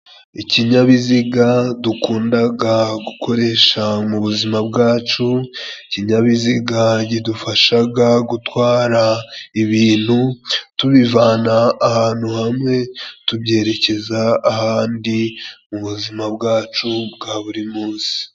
Ikinyabiziga dukundaga gukoresha mu buzima bwacu, ikinyabiziga kidufashaga gutwara ibintu tubivana ahantu hamwe tubyerekeza ahandi mu buzima bwacu bwa buri munsi.